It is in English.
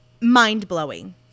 mind-blowing